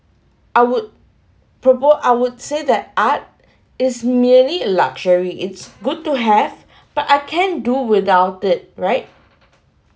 I would propo~ I would say that art is merely a luxury it's good to have but I can't do without it right